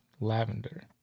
lavender